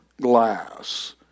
glass